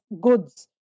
goods